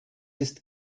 ist